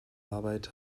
arbeit